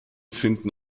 finden